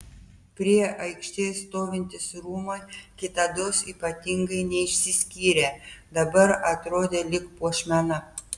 prie aikštės stovintys rūmai kitados ypatingai neišsiskyrę dabar atrodė lyg puošmena